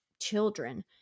children